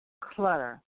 clutter